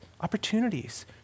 opportunities